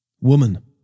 Woman